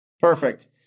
Perfect